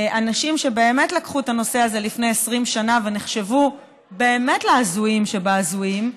אנשים שלקחו את הנושא הזה לפני 20 שנה ונחשבו באמת להזויים שבהזויים.